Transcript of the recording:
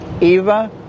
Eva